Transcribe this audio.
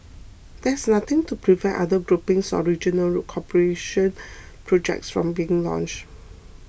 there is nothing to prevent other groupings or regional cooperation projects from being launched